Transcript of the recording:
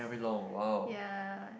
yeah